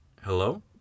hello